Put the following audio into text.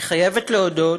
אני חייבת להודות,